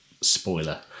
spoiler